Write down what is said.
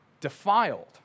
defiled